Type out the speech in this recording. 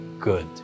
good